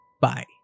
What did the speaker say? Bye